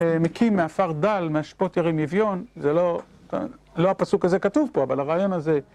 מקים מעפר דל, מאשפות ירים אביון, זה לא... לא הפסוק הזה כתוב פה, אבל הרעיון הזה...